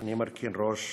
אני מרכין ראש